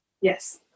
Yes